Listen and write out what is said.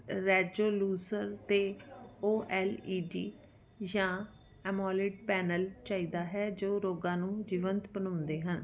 resolution ਅਤੇ O L E D ਜਾਂ AMOLED panel ਚਾਹੀਦਾ ਹੈ ਜੋ ਰੰਗਾਂ ਨੂੰ ਜੀਵਤ ਬਣਾਉਂਦੇ ਹਨ